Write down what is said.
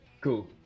Cool